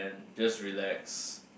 just relax